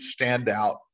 standout